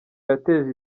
yateje